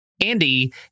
Andy